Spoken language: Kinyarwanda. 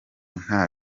nta